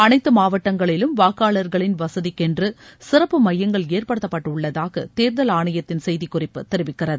அனைத்து மாவட்டங்களிலும் வாக்காளர்களின் வசதிக்கென்று சிறப்பு மையங்கள் ஏற்படுத்தப்பட்டுள்ளதாக தேர்தல் ஆணையத்தின் செய்திக்குறிப்பு தெரிவிக்கிறது